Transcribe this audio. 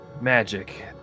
Magic